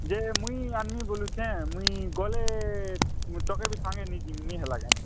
ଯେ ମୁଇଁ ଆନ୍ମି ବୋଲୁଛେଁ ମୁଇଁ ଗଲେ ତତେ ବି ସାଙ୍ଗରେ ନେଇଯିମି ନାଇଁ ହେଲା କାଏଁ